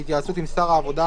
בהתייעצות עם שר העבודה,